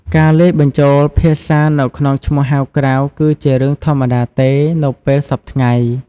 ការលាយបញ្ចូលភាសានៅក្នុងឈ្មោះហៅក្រៅគឺជារឿងធម្មតាទេ នៅពេលសព្វថ្ងៃ។